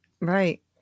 Right